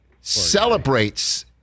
celebrates